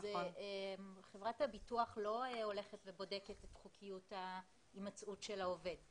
חברת הביטוח לא הולכת ובודקת את חוקיות ההימצאות של העובד.